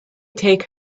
take